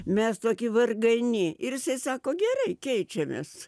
mes tokie vargani ir jisai sako gerai keičiamės